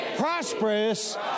prosperous